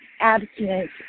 abstinence